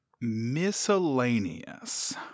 miscellaneous